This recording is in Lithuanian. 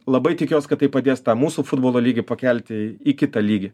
labai tikiuos kad tai padės tą mūsų futbolo lygį pakelti į kitą lygį